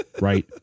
Right